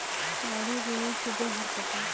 গাড়ির ঋণের সুদের হার কতো?